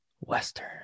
Western